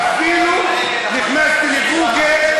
אפילו נכנסתי לגוגל,